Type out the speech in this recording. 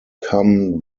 become